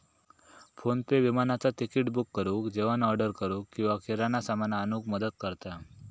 PhonePe विमानाचा ticket book करुक, जेवण ऑर्डर करूक किंवा किराणा सामान आणूक मदत करता